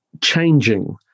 changing